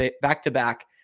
back-to-back